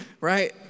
Right